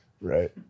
Right